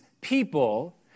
people